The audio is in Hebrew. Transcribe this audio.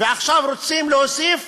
ועכשיו רוצים להוסיף: